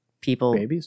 people